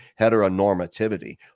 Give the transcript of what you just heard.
heteronormativity